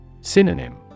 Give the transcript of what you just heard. Synonym